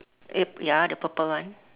uh ya the purple one